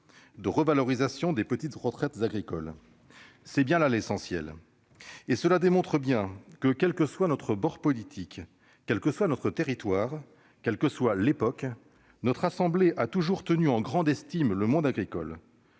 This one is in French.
de revalorisation des petites retraites agricoles. C'est bien là l'essentiel. Et cela démontre que, quel que soit notre bord politique, quel que soit notre territoire, quelle que soit l'époque, notre assemblée a toujours tenu en grande estime le monde agricole.